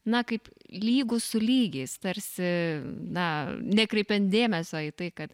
na kaip lygūs su lygiais tarsi na nekreipiant dėmesio į tai kad